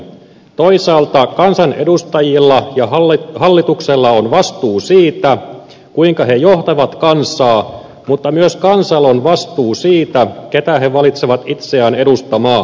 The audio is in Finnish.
toisaalta kansanedustajilla ja hallituksella on vastuu siitä kuinka he johtavat kansaa mutta myös kansalla on vastuu siitä keitä he valitsevat itseään edustamaan